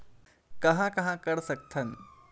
कहां कहां कर सकथन?